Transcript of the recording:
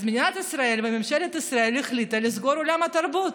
אז מדינת ישראל וממשלת ישראל החליטו לסגור את עולם התרבות.